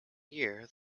year